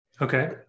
okay